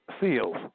seals